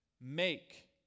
Make